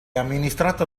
amministrato